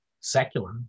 secular